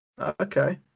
Okay